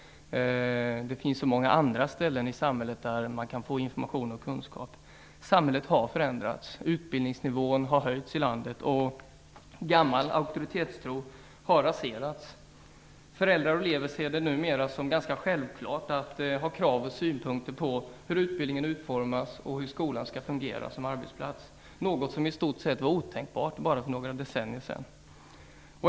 Det finns så många andra ställen i samhället där man kan få information och kunskap. Samhället har förändrats. Utbildningsnivån har höjts i landet, och gammal auktoritetstro har raserats. Föräldrar och elever ser det numera som ganska självklart att ha krav och synpunkter på hur utbildningen utformas och hur skolan skall fungera som arbetsplats, något som i stort sett var otänkbart bara för några decennier sedan.